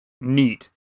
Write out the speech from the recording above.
neat